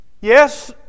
Yes